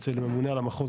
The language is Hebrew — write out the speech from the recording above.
אצל ממונה על המחוז,